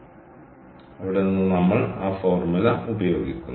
അതിനാൽ അവിടെ നിന്ന് നമ്മൾ ആ ഫോർമുല ഉപയോഗിക്കുന്നു